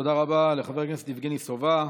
תודה רבה לחבר הכנסת יבגני סובה.